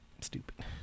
Stupid